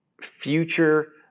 future